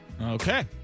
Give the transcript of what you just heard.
Okay